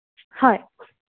হয়